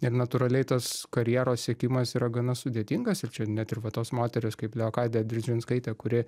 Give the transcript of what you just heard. ir natūraliai tas karjeros siekimas yra gana sudėtingas ir čia net ir va tos moterys kaip leokadija diržinskaitė kuri